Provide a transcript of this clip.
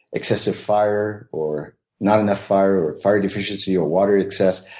excessive fire, or not enough fire, or fire deficiency or water excess.